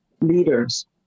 leaders